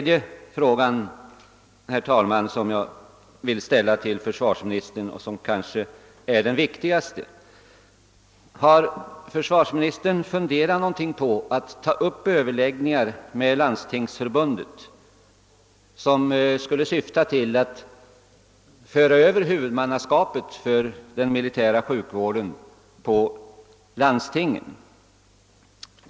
Jag kommer nu till den kanske viktigaste frågan. Har försvarsministern funderat på att ta upp överläggningar med Landstingsförbundet i syfte att föra över huvudmannaskapet för den militära sjukvården på landstingen?